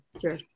Sure